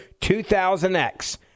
2000X